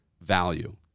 value